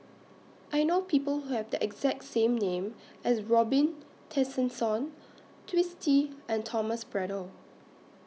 I know People Who Have The exact same name as Robin Tessensohn Twisstii and Thomas Braddell